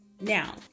now